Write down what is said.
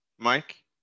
Mike